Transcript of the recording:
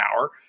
hour